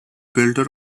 builder